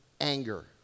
anger